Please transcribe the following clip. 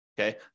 okay